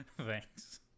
Thanks